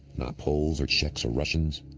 not poles or czechs or russians,